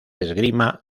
esgrima